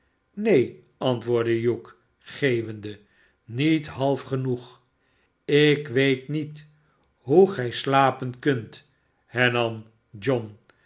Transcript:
neen antwoordde hugh geeuwende niet half genoeg ik weetniet hoe gij slapen kunt hernam john